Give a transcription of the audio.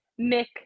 Mick